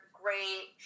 great